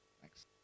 Thanks